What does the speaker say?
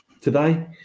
today